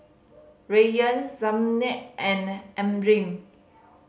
Rayyan Zaynab and Amrin